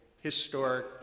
historic